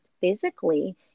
physically